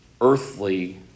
earthly